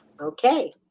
Okay